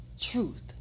truth